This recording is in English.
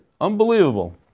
unbelievable